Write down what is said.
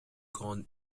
grande